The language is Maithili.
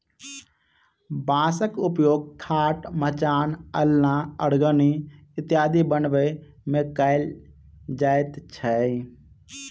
बाँसक उपयोग खाट, मचान, अलना, अरगनी इत्यादि बनबै मे कयल जाइत छै